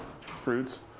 fruits